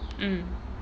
mm